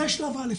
זה שלב א'.